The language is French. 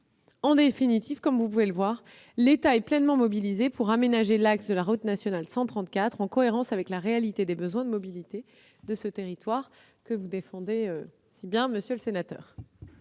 En définitive, comme vous pouvez le voir, l'État est pleinement mobilisé pour aménager l'axe de la RN 134 en cohérence avec la réalité des besoins de mobilité de ce territoire que vous défendez si bien, monsieur le sénateur